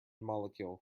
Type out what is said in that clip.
molecule